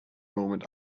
moment